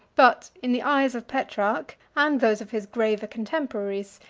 but in the eyes of petrarch, and those of his graver contemporaries,